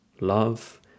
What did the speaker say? love